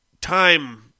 time